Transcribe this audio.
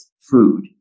food